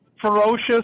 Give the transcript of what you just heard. ferocious